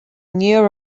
neo